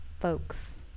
folks